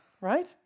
Right